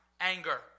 anger